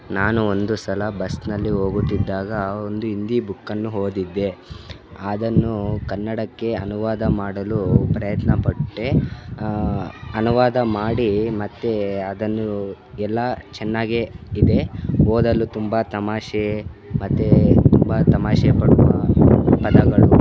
ನಾನು ಒಂದು ಸಲ ಬಸ್ನಲ್ಲಿ ಹೋಗುತ್ತಿದ್ದಾಗ ಒಂದು ಹಿಂದಿ ಬುಕ್ಕನ್ನು ಓದಿದ್ದೆ ಅದನ್ನು ಕನ್ನಡಕ್ಕೆ ಅನುವಾದ ಮಾಡಲು ಪ್ರಯತ್ನ ಪಟ್ಟೆ ಅನುವಾದ ಮಾಡಿ ಮತ್ತು ಅದನ್ನು ಎಲ್ಲ ಚೆನ್ನಾಗೆ ಇದೆ ಓದಲು ತುಂಬ ತಮಾಷೆ ಮತ್ತು ತುಂಬ ತಮಾಷೆ ಪಡುವ ಪದಗಳು